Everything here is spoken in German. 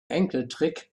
enkeltrick